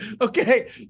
Okay